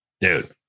Dude